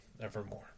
evermore